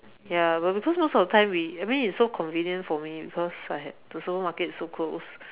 ya but because most of the time we I mean it's so convenient for me because I have the supermarket is so close